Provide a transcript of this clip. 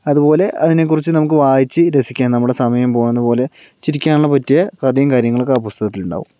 അതുപോലെ അതിനെക്കുകുറിച്ച് നമുക്ക് വായിച്ചു രസിക്കാം നമ്മുടെ സമയം പോകുന്ന പോലെ ചിരിക്കാന് ഉള്ള പറ്റിയ കഥയും കാര്യങ്ങളും ഒക്കെ ആ പുസ്തകത്തിലുണ്ടാകും